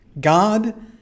God